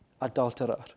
adulterer